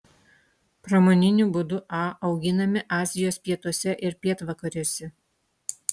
pramoniniu būdu a auginami azijos pietuose ir pietvakariuose